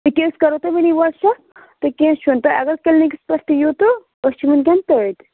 یکیاہ أسۍ کَرو تۄہہِ وٕنۍ واٹٕسایپ تہٕ کیٚنٛہہ چھُنہٕ تۄہہِ اگر کِلنِکَس پٮ۪ٹھ تہِ یِیِو تہٕ أسۍ چھِ وٕنکٮ۪ن تٔتۍ